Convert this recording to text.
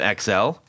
XL